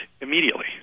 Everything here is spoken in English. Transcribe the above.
immediately